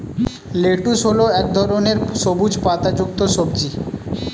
lettuce হল এক ধরনের সবুজ পাতাযুক্ত সবজি